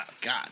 God